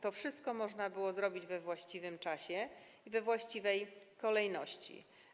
To wszystko można było zrobić we właściwym czasie i we właściwej kolejności.